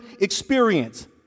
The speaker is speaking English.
experience